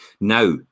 now